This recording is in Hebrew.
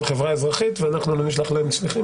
חברה אזרחית ואנחנו לא נשלח להם שליחים,